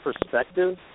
perspective